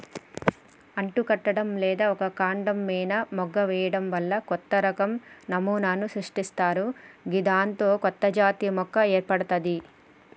అంటుకట్టడం లేదా ఒక కాండం మీన మొగ్గ వేయడం వల్ల కొత్తరకం నమూనాను సృష్టిస్తరు గిదాంతో కొత్తజాతి మొక్క ఏర్పడ్తది